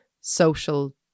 social